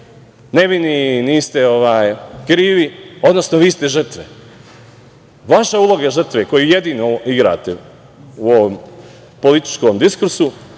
nevini, niste krivi, odnosno vi ste žrtve. Vaša uloga žrtve koju jedinu igrate u ovom političkom diskursu